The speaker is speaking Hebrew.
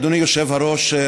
אדוני היושב-ראש,